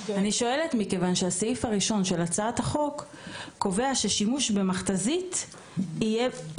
זה מכיוון שהסעיף הראשון של הצעת החוק קובע ששימוש במכתזית יתועד.